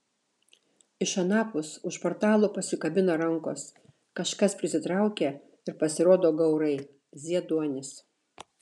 iš anapus už portalo pasikabina rankos kažkas prisitraukia ir pasirodo gaurai zieduonis